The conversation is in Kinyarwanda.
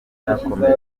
cyakomeje